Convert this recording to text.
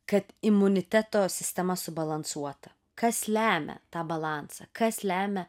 kad imuniteto sistema subalansuota kas lemia tą balansą kas lemia